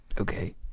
Okay